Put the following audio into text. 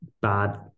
bad